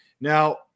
now